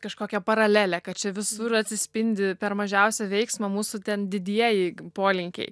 kažkokią paralelę kad čia visur atsispindi per mažiausią veiksmą mūsų ten didieji polinkiai